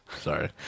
Sorry